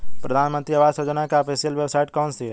प्रधानमंत्री आवास योजना की ऑफिशियल वेबसाइट कौन सी है?